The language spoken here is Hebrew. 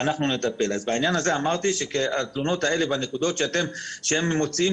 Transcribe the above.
אמרתי שהתלונות האלה והנקודות שהם מעלים,